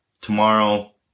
Tomorrow